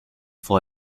for